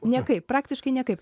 niekaip praktiškai nekaip